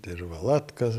ir valatka